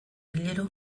hilero